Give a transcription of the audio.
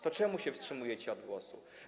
To czemu się wstrzymujecie od głosu?